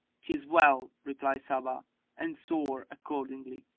tis well, replied sabbah and swore accordingly.